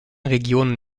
regionen